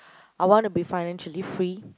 I want to be financially free